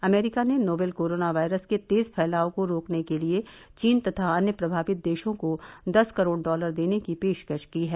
अमरीका ने novel corona virus के तेज फैलाव को रोकने के लिए चीन तथा अन्य प्रभावित देशों को दस करोड डॉलर देने की पेशकश की है